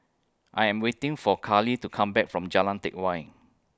I Am waiting For Carli to Come Back from Jalan Teck Whye